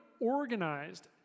organized